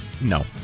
No